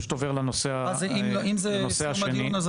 האם אנחנו צריכים את העולים במדינה?